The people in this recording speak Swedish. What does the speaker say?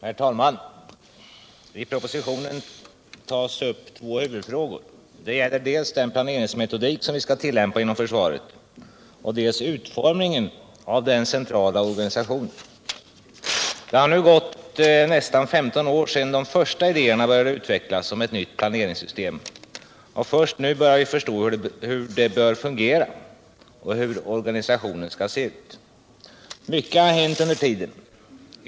Herr talman! I propositionen tas upp två huvudfrågor. Det gäller dels den planeringsmetodik som vi skall tillämpa inom försvaret, dels utformningen av den centrala ledningsorganisationen. Det har nu gått nästan 15 år sedan de första idéerna om ett nytt planeringssystem började utvecklas, och först nu börjar vi förstå hur det bör fungera och hur organisationen skall se ut. Mycket har hänt under den tiden.